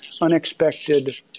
unexpected